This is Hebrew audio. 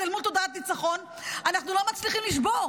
מול תודעת ניצחון אנחנו לא מצליחים לשבור.